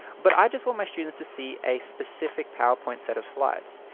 but i just want my students to see a specific powerpoint set of slides.